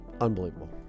Unbelievable